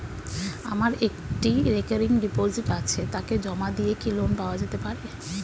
আমার একটি recurring deposit আছে তাকে জমা দিয়ে কি লোন পাওয়া যেতে পারে?